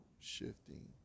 shifting